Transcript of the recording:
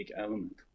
element